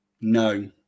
No